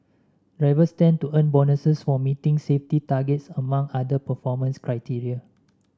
drivers stand to earn bonuses for meeting safety targets among other performance criteria